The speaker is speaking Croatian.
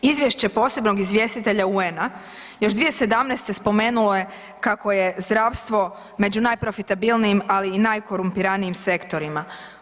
Izvješće posebnog izvjestitelja UN-a još 2017. spomenulo je kako je zdravstvo među najprofitabilnijim ali i najkorumpiranijim sektorima.